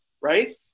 right